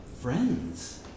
Friends